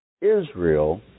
Israel